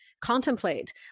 contemplate